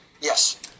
Yes